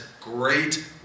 great